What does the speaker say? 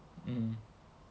mm